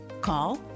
Call